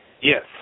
Yes